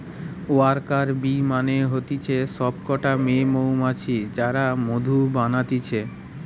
worker bee মানে হতিছে সব কটা মেয়ে মৌমাছি যারা মধু বানাতিছে